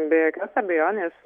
be jokios abejonės